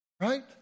right